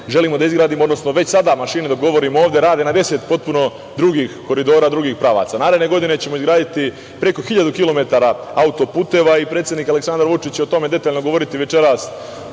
želimo da izgradimo, odnosno već sada mašine, dok govorim ovo, rade na drugim koridorima, drugih pravaca. Naredne godine ćemo izgraditi preko hiljadu kilometara autoputeva i predsednik Aleksandar Vučić će o tome detaljno govoriti večeras